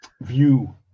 view